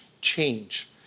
change